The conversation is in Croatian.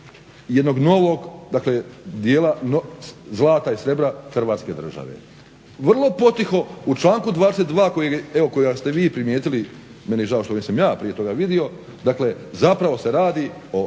jednog novog dijela zlata i srebra Hrvatske države. Vrlo potiho u članku 22. evo kojega ste vi primijetili, meni je žao što nisam ja prije toga vidio, dakle zapravo se radi